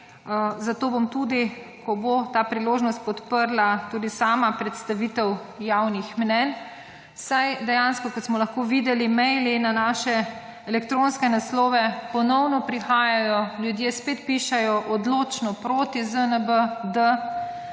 zato bom tudi, ko bo ta priložnost, tudi sama podprla predstavitev javnih mnenj. Kot smo lahko videli, maili na naše elektronske naslove ponovno prihajajo, ljudje spet pišejo odločno proti ZNB-D,